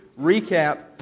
recap